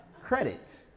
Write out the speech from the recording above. credit